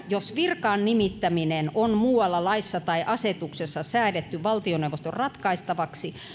jos virkaan nimittäminen on muualla laissa tai asetuksessa säädetty valtioneuvoston ratkaistavaksi